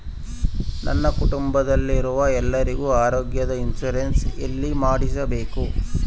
ನನ್ನ ಕುಟುಂಬದಲ್ಲಿರುವ ಎಲ್ಲರಿಗೂ ಆರೋಗ್ಯದ ಇನ್ಶೂರೆನ್ಸ್ ಎಲ್ಲಿ ಮಾಡಿಸಬೇಕು?